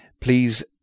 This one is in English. Please